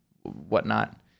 whatnot